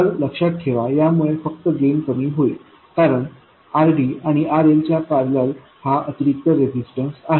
तर लक्षात ठेवा यामुळे फक्त गेन कमी होईल कारण RDआणि RL च्या पॅरलल हा अतिरिक्त रेजिस्टन्स आहे